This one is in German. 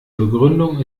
begründung